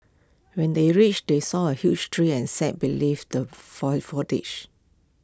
when they reached they saw A huge tree and sat believe the foil foliage